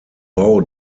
bau